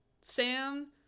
Sam